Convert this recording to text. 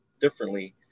differently